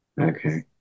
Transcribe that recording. Okay